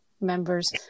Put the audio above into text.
members